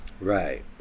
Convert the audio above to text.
Right